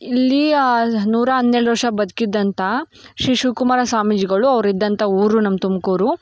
ಇಲ್ಲಿ ನೂರ ಹನ್ನೆರಡು ವರ್ಷ ಬದ್ಕಿದ್ದಂಥ ಶ್ರೀ ಶಿವಕುಮಾರ ಸ್ವಾಮೀಜಿಗಳು ಅವ್ರು ಇದ್ದಂಥ ಊರು ನಮ್ಮ ತುಮಕೂರು